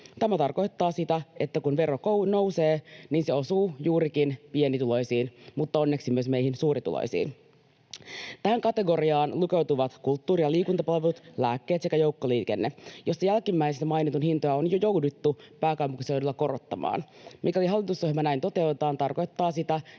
Tämä tarkoittaa sitä, että kun vero nousee, niin se osuu juurikin pienituloisiin, mutta onneksi myös meihin suurituloisiin. Tähän kategoriaan lukeutuvat kulttuuri- ja liikuntapalvelut, lääkkeet sekä joukkoliikenne, joista jälkimmäisenä mainitun hintoja on jo jouduttu pääkaupunkiseudulla korottamaan. Mikäli hallitusohjelma näin toteutetaan, tarkoittaa se sitä,